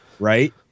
Right